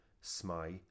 Smile